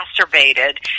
exacerbated